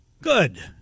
Good